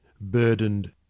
burdened